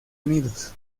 unidos